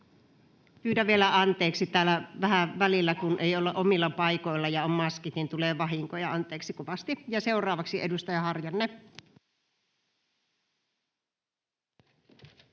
Pyydän vielä anteeksi. Täällä vähän välillä, kun ei olla omilla paikoilla ja on maskit, tulee vahinkoja. Anteeksi kovasti. — Ja seuraavaksi edustaja Harjanne.